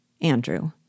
Andrew